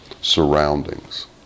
surroundings